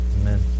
Amen